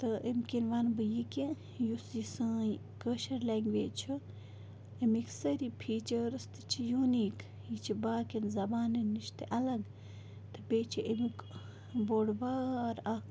تہٕ اَمۍ کِنۍ وَنہٕ بہٕ یہِ کہِ یُس یہِ سٲنۍ کٲشِر لٮ۪نٛگویج چھِ اَمِکۍ سٲری پھیٖچٲرٕس تہِ چھِ یوٗنیٖک یہِ چھِ باقِیَن زبانَن نِش تہِ الگ تہٕ بیٚیہِ چھِ اَمیُک بوٚڑ بار اَکھ